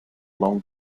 long